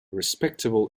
respectable